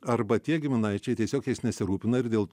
arba tie giminaičiai tiesiog jais nesirūpina ir dėl